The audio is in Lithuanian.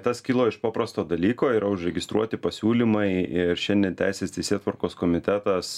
tas kilo iš paprasto dalyko yra užregistruoti pasiūlymai ir šiandien teisės teisėtvarkos komitetas